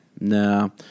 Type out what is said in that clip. No